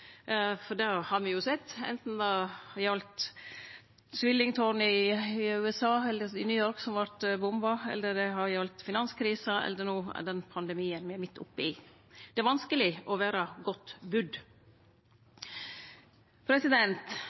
Det har me jo sett, anten det gjaldt tvillingtårna i New York som vart bomba, eller det gjaldt finanskrisa eller den pandemien me no er midt oppe i. Det er vanskeleg å vere godt